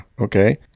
okay